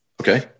Okay